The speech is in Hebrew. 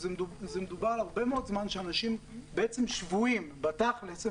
מדובר על הרבה מאוד זמן שאנשים בעצם שבויים בתכלס,